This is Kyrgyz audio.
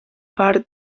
бар